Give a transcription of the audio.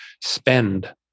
spend